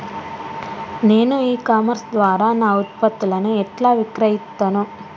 నేను ecommerce ద్వారా నా ఉత్పత్తులను ఎట్లా విక్రయిత్తను?